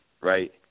right